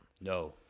No